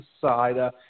side